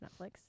netflix